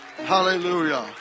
Hallelujah